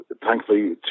Thankfully